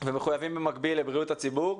ומחויבים במקביל לבריאות הציבור.